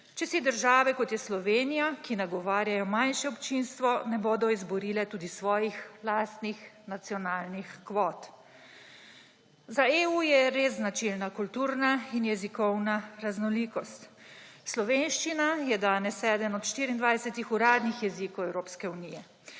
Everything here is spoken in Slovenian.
če si države, kot je Slovenija, ki nagovarjajo manjše občinstvo, ne bodo izborile tudi svojih lastnih nacionalnih kvot. Za EU je res značilna kulturna in jezikovna raznolikost. Slovenščina je danes eden od 24 uradnih jezikov Evropske unije,